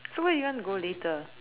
so where you want to go later